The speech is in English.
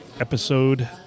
episode